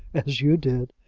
as you did.